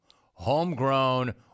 Homegrown